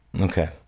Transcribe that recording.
Okay